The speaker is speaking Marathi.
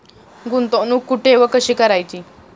गुंतवणूक कुठे व कशी करायची?